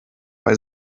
bei